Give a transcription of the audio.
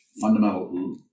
Fundamental